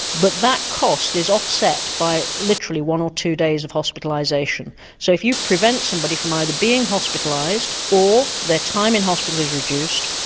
but that cost is offset by literally one or two days of hospitalisation so if you prevent somebody from either being hospitalised or their time in hospital is reduced,